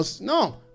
no